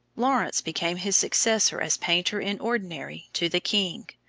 lawrence became his successor as painter-in-ordinary to the king,